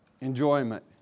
enjoyment